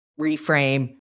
reframe